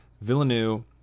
Villeneuve